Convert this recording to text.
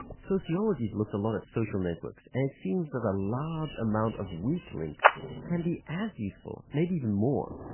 sociology has looked a lot at social networks, and it seems that a large amount of weak links can be as useful, maybe even more,